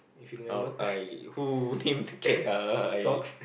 uh I who named Kat uh I